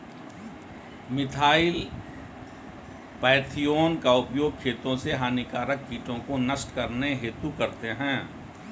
methyl parathion का उपयोग खेतों से हानिकारक कीटों को नष्ट करने हेतु करते है